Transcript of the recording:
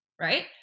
Right